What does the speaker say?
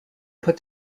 put